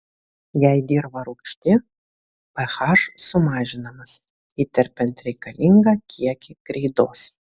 jei dirva rūgšti ph sumažinamas įterpiant reikalingą kiekį kreidos